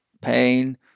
pain